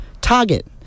Target